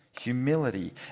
humility